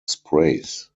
sprays